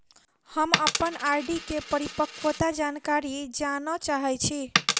हम अप्पन आर.डी केँ परिपक्वता जानकारी जानऽ चाहै छी